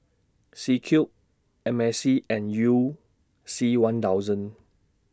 C Cube M A C and YOU C one thousand